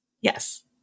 Yes